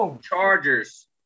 Chargers